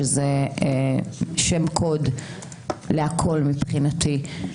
שזה שם קוד לכול מבחינתי.